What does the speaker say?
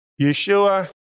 Yeshua